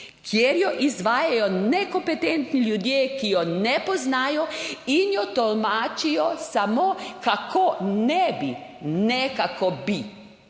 Kjer jo izvajajo nekompetentni ljudje, ki je ne poznajo in jo tolmačijo samo kako ne bi, Nekako bi,